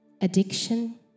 addiction